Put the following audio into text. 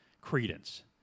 credence